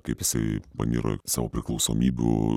kaip jisai paniro į savo priklausomybių